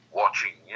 watching